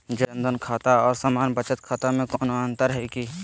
जन धन खाता और सामान्य बचत खाता में कोनो अंतर है की?